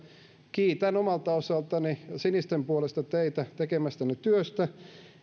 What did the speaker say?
kiitän omalta osaltani ja sinisten puolesta teitä tekemästänne työstä